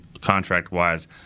contract-wise